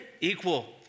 equal